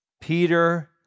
Peter